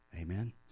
Amen